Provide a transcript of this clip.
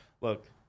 Look